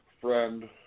friend